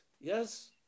Yes